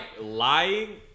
lying